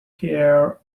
pair